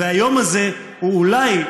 והיום הזה הוא אולי,